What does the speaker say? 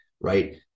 right